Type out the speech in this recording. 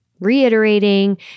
reiterating